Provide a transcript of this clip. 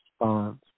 response